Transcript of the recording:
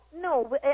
No